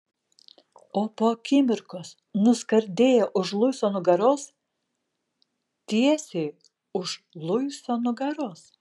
o po akimirkos nuskardėjo už luiso nugaros tiesiai už luiso nugaros